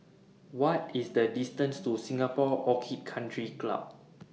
What IS The distance to Singapore Orchid Country Club